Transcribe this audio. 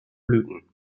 blüten